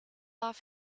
off